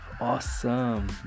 Awesome